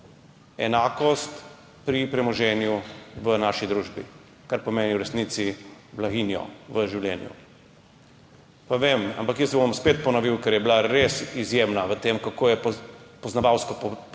enakost pri premoženju v naši družbi, kar pomeni v resnici blaginjo v življenju. Pa vem, ampak jaz bom spet ponovil, ker je bila res izjemna v tem, kako je poznavalsko